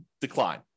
decline